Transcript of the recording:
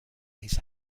his